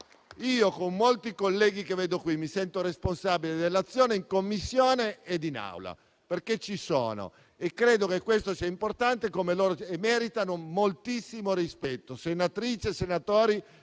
Io con molti colleghi che vedo qui mi sento responsabile della mia azione in Commissione e in Aula, perché ci sono e credo che questo sia importante; senatrici e senatori meritano moltissimo rispetto, perché lavoriamo